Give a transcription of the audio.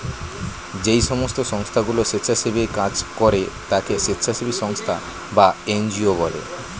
যেই সমস্ত সংস্থাগুলো স্বেচ্ছাসেবীর কাজ করে তাকে স্বেচ্ছাসেবী সংস্থা বা এন জি ও বলে